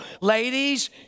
ladies